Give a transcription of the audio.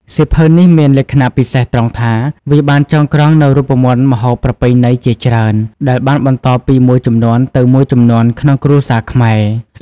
សៀវភៅនេះមានលក្ខណៈពិសេសត្រង់ថា វាបានចងក្រងនូវរូបមន្តម្ហូបប្រពៃណីជាច្រើនដែលបានបន្តពីមួយជំនាន់ទៅមួយជំនាន់ក្នុងគ្រួសារខ្មែរ